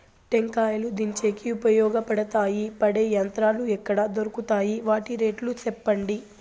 టెంకాయలు దించేకి ఉపయోగపడతాయి పడే యంత్రాలు ఎక్కడ దొరుకుతాయి? వాటి రేట్లు చెప్పండి?